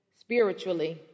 spiritually